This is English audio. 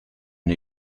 new